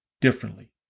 differently